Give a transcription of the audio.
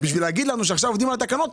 כדי להגיד לנו שעכשיו עובדים על התקנות,